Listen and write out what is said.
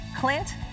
Clint